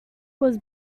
was